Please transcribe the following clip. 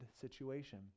situation